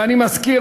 ואני מזכיר,